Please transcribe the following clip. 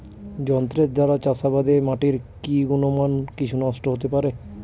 যন্ত্রের দ্বারা চাষাবাদে মাটির কি গুণমান কিছু নষ্ট হতে পারে?